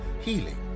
healing